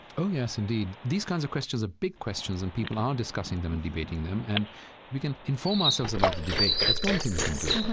oh, yes, indeed. these kinds of questions are big questions, and people are and discussing them and debating them. and we can inform ourselves about the debate that's one thing we can do.